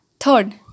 Third